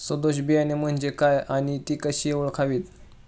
सदोष बियाणे म्हणजे काय आणि ती कशी ओळखावीत?